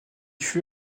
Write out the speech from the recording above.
fut